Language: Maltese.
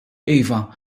iva